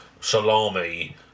salami